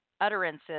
utterances